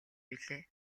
билээ